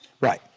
Right